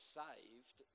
saved